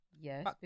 yes